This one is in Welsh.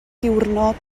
diwrnod